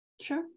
Sure